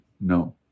No